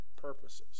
purposes